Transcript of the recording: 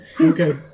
Okay